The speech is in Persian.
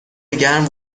گرم